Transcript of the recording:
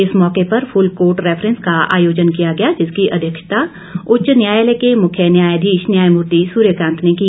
इस मौके पर फुल कोर्ट रिफरेंस का आयोजन किया गया जिसकी अध्यक्षता उच्च न्यायालय के मुख्य न्यायाधीश न्यायमूर्ति सूर्यकांत ने की